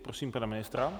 Prosím pana ministra.